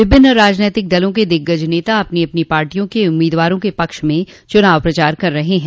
विभिन्न राजनैतिक दलों के दिग्गज नेता अपनी अपनी पार्टियों के उम्मीदवारों के पक्ष में चूनाव प्रचार कर रहे हैं